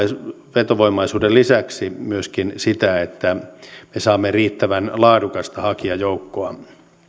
vetovoimaisuuden lisäksi myöskin sitä että me saamme riittävän laadukasta hakijajoukkoa